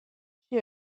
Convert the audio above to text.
she